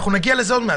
אנחנו נגיע לזה בהמשך.